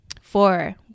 Four